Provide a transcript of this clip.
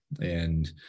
And-